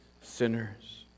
sinners